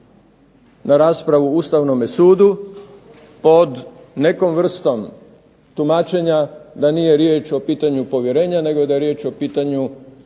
na raspravu Ustavnome sudu pod nekom vrstom tumačenja da nije riječ o pitanju povjerenja, nego da je riječ o pitanju tumačenja